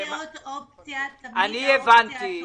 בתוך המגבלות של הסיוע שהמדינה יכולה לתת יש